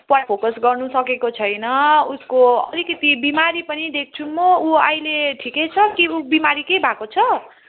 पढाइमा फोकस गर्नुसकेको छैन उसको अलिकति बिमारी पनि देख्छु म ऊ अहिले ठिकै छ कि ऊ बिमारी के भएको छ